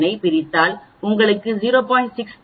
99 ஐப் பிரித்தால் உங்களுக்கு 0